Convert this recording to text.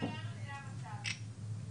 הבנק נותן להם גישה לחשבון רק לזמן תוקף הוויזה.